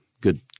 good